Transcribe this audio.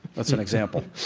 that's an example